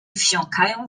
wsiąkają